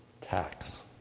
tax